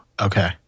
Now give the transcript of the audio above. okay